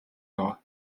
доо